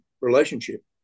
relationship